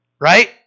Right